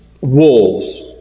wolves